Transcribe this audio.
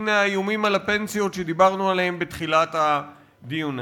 הנה האיומים על הפנסיות שדיברנו עליהם בתחילת הדיון הזה,